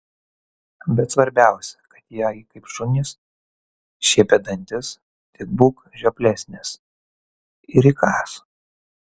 bet svarbiausia kad jie kaip šunys šiepia dantis tik būk žioplesnis ir įkąs